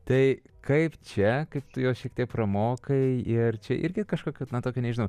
tai kaip čia kaip tu jos šiek tiek pramokai ir čia irgi kažkokia na tokia nežinau